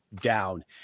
down